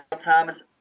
Thomas-